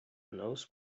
knows